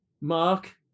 mark